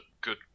Good